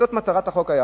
זאת היתה מטרת החוק.